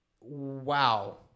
wow